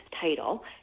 title